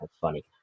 funny